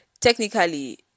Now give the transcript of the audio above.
technically